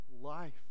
life